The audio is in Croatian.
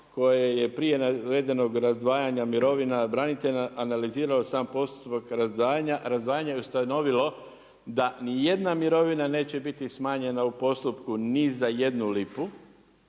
koje je prije navedenog razdvajanja mirovina branitelja analizirala sam postupak razdvajanja i ustanovilo da nijedna mirovina neće biti smanjena u postupku ni za jednu lipu.